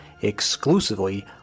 exclusively